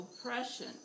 oppression